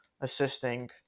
assisting